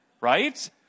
Right